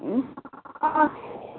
उँह ककर छिए